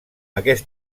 aquest